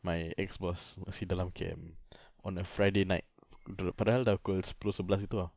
my ex boss masih dalam camp on a friday night du~ padahal dah pukul sepuluh sebelas gitu ah